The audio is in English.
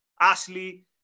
Ashley